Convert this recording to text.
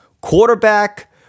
Quarterback